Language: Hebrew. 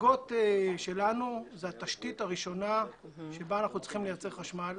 הגגות שלנו זה התשתית הראשונה שבה אנחנו צריכים לייצר חשמל.